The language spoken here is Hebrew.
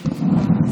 בהחלט תומכים.